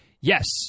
Yes